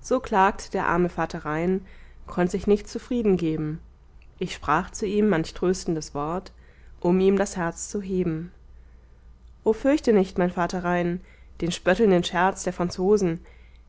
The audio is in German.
so klagte der arme vater rhein konnt sich nicht zufriedengeben ich sprach zu ihm manch tröstendes wort um ihm das herz zu heben o fürchte nicht mein vater rhein den spöttelnden scherz der franzosen